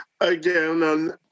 again